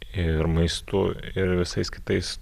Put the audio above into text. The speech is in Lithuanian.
ir maistu ir visais kitais